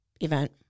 event